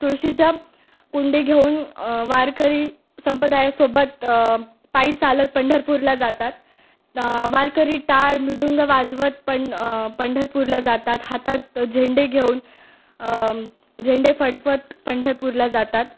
तुळशीची कुंडी घेऊन वारकरी संप्रदायासोबत पायी चालत पंढरपूरला जातात वारकरी टाळ मृदुंग वाजवत पं पंढरपूरला जातात हातात झेंडे घेऊन झेंडे फडकवत पंढरपूरला जातात